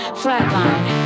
flatline